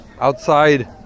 Outside